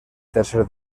tercer